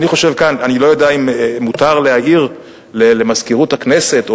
אני לא יודע אם מותר להעיר למזכירות הכנסת,